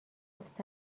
گفت